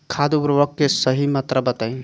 खाद उर्वरक के सही मात्रा बताई?